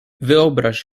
wyobraź